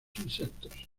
insectos